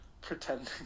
pretending